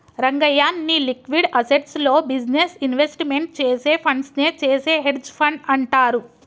రంగయ్య, నీ liquid assets లో business investment చేసే ఫండ్స్ నే చేసే హెడ్జె ఫండ్ అంటారు